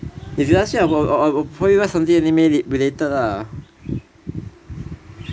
if you ask me about or I provide you something anime related lah